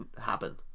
happen